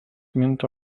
minta